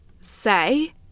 say